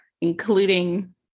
including